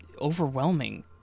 overwhelming